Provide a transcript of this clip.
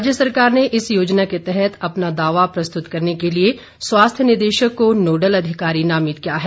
राज्य सरकार ने इस योजना के तहत अपना दावा प्रस्तुत करने के लिए स्वास्थ्य निदेशक को नोडल अधिकारी नामित किया है